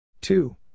Two